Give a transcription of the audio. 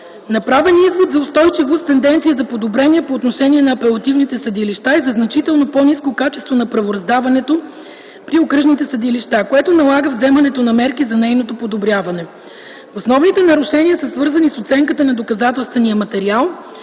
Направен е извод за устойчивост с тенденция за подобрение по отношение на апелативните съдилища и за значително по-ниско качество на правораздаването при окръжните съдилища, което налага вземането на мерки за нейното подобряване. Основните нарушения са свързани с оценката на доказателствения материал